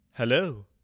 Hello